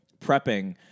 prepping